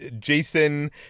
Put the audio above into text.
Jason